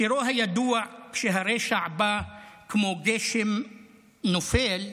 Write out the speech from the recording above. בשירו הידוע "כשהרֶשע בא כמו גשם נופל"